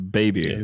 baby